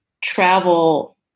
travel